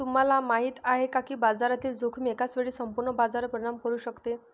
तुम्हाला माहिती आहे का की बाजारातील जोखीम एकाच वेळी संपूर्ण बाजारावर परिणाम करू शकते?